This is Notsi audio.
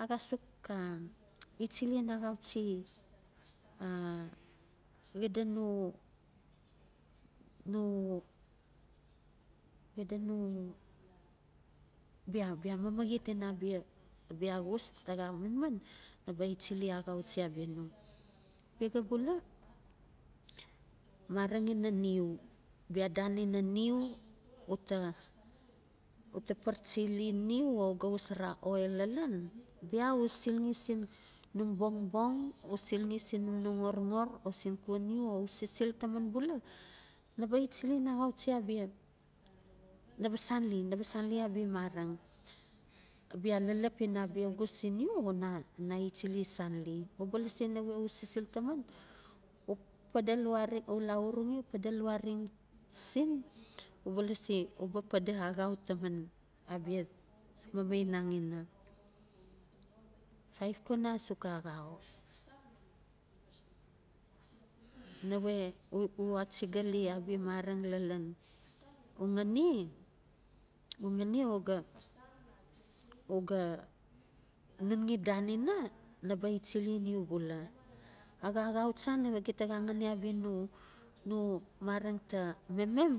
A xa suka ichilen axauchi a xida no, no, xida no bia bia mamaxet ina abia xus ta xa manman abia ichilen axauchi abia no bia xa bula mareng ina niu bia ola ina niu uta uta pachili niuo o usa xosora oil lalen bia u silxi sin num bongbang u silxi sin num xorxor o sin xuan yu u sisil taman bula na ba ichilen axauchi axachi abia, na ba sanli naba sanli abia mareng bia lalap ina abia xus sin yu na ichilen sanli. uba lasi nawe u sisil taman u pede lawareng u la urenxe u pada lawareng sin uba lasi uba pede axau taman abia mamainang ina. Five kona asuk nawe u achigali abia mareng lalan u xani xani oga uga nunxi dan ina naba ichilem u bula. Axa axau cha nawe gita ni abia no mareng ta mamen